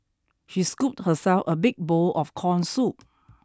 she scooped herself a big bowl of corn soup